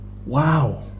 Wow